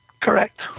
Correct